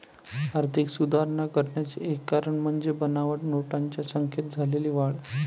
आर्थिक सुधारणा करण्याचे एक कारण म्हणजे बनावट नोटांच्या संख्येत झालेली वाढ